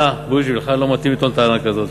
בוז'י, לך לא מתאים לטעון טענה כזאת.